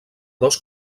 dos